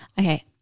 Okay